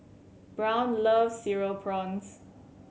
Brown loves Cereal Prawns